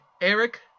Eric